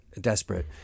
desperate